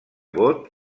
vot